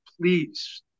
please